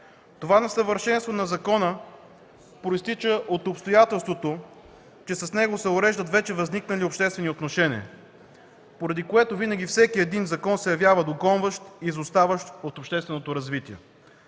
Това несъвършенство на закона произтича от обстоятелството, че с него се уреждат вече възникнали обществени отношения, поради което винаги всеки закон се явява догонващ, изоставащ от общественото развитие.